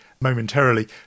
momentarily